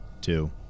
Two